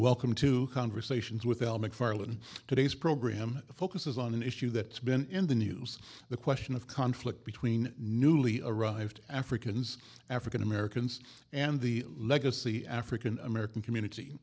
welcome to conversations with al mcfarlane today's program focuses on an issue that been in the news the question of conflict between newly arrived africans african americans and the legacy african american community